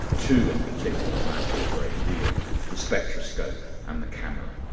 two in particular matter a great deal the spectroscope and the camera.